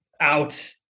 Out